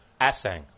Asang